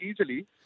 easily